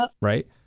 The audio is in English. right